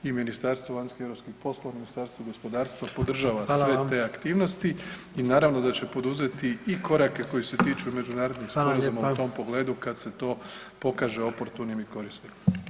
I Ministarstvo vanjskih i europskih poslova, Ministarstvo gospodarstva podržava sve te aktivnosti i naravno da će poduzeti i korake koji se tiču međunarodnih sporazuma u tom pogledu kad se to pokaže oportunim i korisnim.